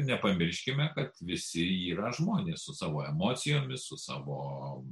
nepamirškime kad visi yra žmonės su savo emocijomis su savo